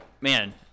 man